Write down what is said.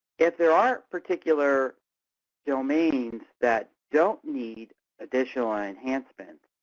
if there are particular domains that don't need additional enhancement,